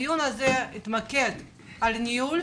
הדיון הזה יתמקד על ניהול,